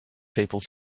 people